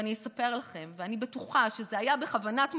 ואני אספר לכם, ואני בטוחה שזה היה בכוונת מכוון: